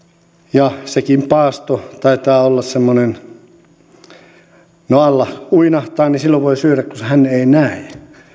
ja sekin paasto taitaa olla semmoinen no allah uinahtaa niin silloin voi syödä kun hän ei näe